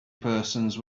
persons